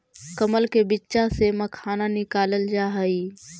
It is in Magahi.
कमल के बीच्चा से मखाना निकालल जा हई